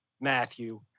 Matthew